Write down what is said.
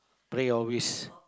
pray always